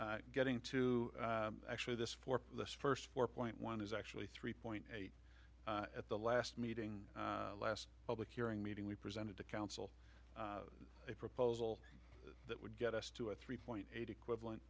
to getting to actually this for the first four point one is actually three point eight at the last meeting last public hearing meeting we presented to council a proposal that would get us to a three point eight equivalent